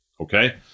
okay